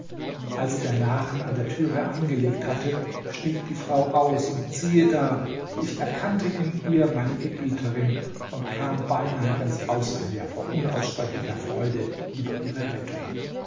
als der nachen an der türe angelegt hatte stieg die frau aus und siehe da ich erkannte in ihr meine gebieterin und kam beinahe ganz außer mir vor unaussprechlicher freude über ihre rettung